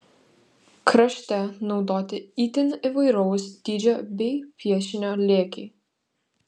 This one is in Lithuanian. krašte naudoti itin įvairaus dydžio bei piešinio lėkiai